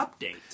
Update